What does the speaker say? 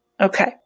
Okay